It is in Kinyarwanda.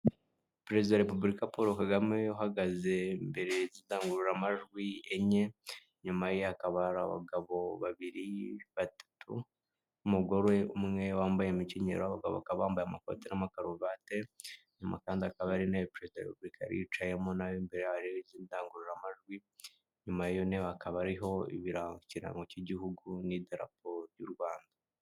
Perezida wa repubulika paul kagame yahagaze imbere y'indangururamajwi enye nyuma hakaba abagabo babiri batutu n'umugore umwe wambaye imikinyero abagabo bambaye amakoti n'amakaruvate nyuma kandi akaba ari nawe perezida wa repubulika yicaye mu nebe imbere y' indangururamajwi nyuma yayo none hakaba ariho icy, irango cy'igihugu n'ida raporo y'u rwanda.